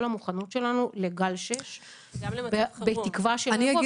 המוכנות שלנו לגל שש בתקווה שלא יבוא.